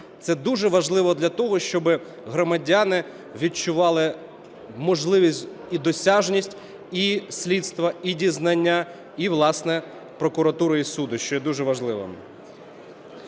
Це дуже важливо для того, щоби громадяни відчували можливість і досяжність і слідства, і дізнання, і, власне, прокуратури, і суду, що є дуже важливим.